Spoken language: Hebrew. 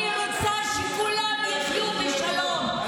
אני רוצה שכולם יחיו בשלום.